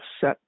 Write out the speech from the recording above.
set